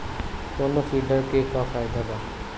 कौनो वीडर के का फायदा बा?